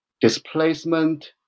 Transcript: displacement